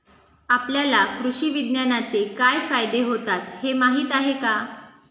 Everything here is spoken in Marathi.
आपल्याला कृषी विज्ञानाचे काय फायदे होतात हे माहीत आहे का?